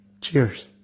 Cheers